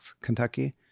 Kentucky